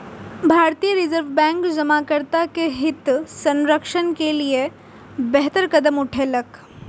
भारतीय reserve bank जमाकर्ता के हित संरक्षण के लिए बेहतर कदम उठेलकै